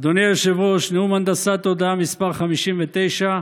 אדוני היושב-ראש, נאום הנדסת תודעה מס' 59,